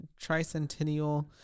tricentennial